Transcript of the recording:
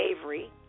Avery